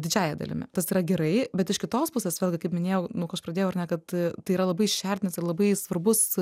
didžiąja dalimi tas yra gerai bet iš kitos pusės vėlgi kaip minėjau nuo ko aš pradėjau ar ne kad tai yra labai šerdinis ir labai svarbus